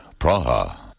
Praha